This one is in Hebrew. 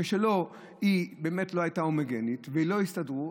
כשהיא באמת לא הייתה הומוגנית ולא הסתדרו,